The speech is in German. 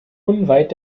unweit